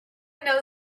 know